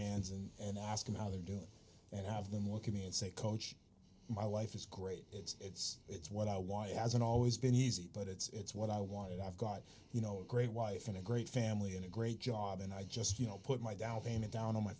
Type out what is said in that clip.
hands and and ask them how they're doing and have them look at me and say coach my life is great it's it's it's what i why it hasn't always been easy but it's what i want and i've got you know a great wife and a great family and a great job and i just you know put my down payment down on my